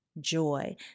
joy